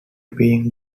being